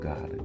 God